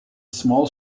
small